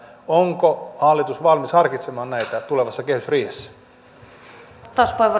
onko hallitus valmis harkitsemaan näitä tulevassa kehysriihessä